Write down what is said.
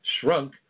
shrunk